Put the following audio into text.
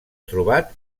trobat